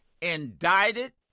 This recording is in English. indicted